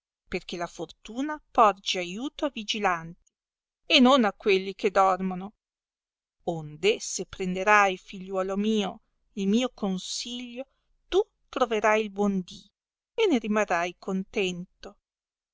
perchè la fortuna porge aiuto a vigilanti e non a quelli che dormono nde se prenderai figliuolo mio il mio consiglio tu troverai il buon di me